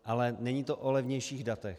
Ale není to o levnějších datech.